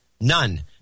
none